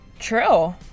true